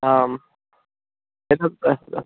आम् एतत् अस् अस्